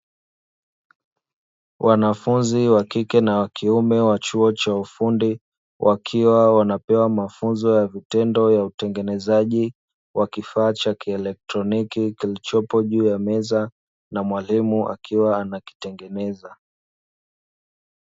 Wanafunzi wa kike na wa kiume wa chuo cha ufundi, wakiwa wanapewa mafunzo ya vitendo ya utengenezaji wa kifaa cha kielektroniki kilichopo juu ya meza, na mwalimu akiwa anakitengeneza.